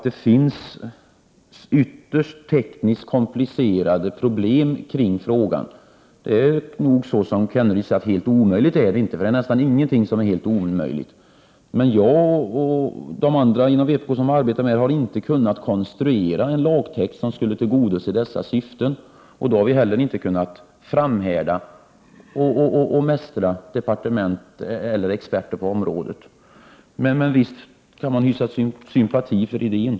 Det finns ytterst komplicerade tekniska problem kring denna fråga, men som Rolf Kenneryd sade är det nog inte helt omöjligt att lösa dem. Ingenting är helt omöjligt. Men jag och övriga inom vpk har inte kunnat konstruera en lagtext, som skulle kunna tillgodose dessa syften. Då har vi inte heller kunnat framhärda och mästra experterna på området. Men visst kan man hysa sympati för idén.